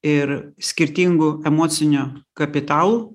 ir skirtingų emocinio kapitalų